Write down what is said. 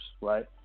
right